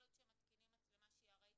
כל עוד שמתקינים מצלמה שהיא ארעית,